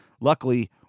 luckily